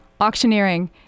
auctioneering